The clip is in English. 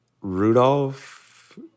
Rudolph